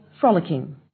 frolicking